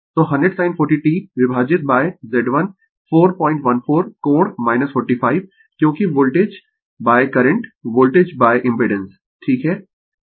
तो 100 sin 40 t विभाजित Z1 414 कोण 45 क्योंकि वोल्टेज करंट वोल्टेज इम्पिडेंस ठीक है